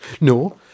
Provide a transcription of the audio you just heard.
No